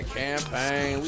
campaign